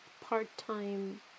part-time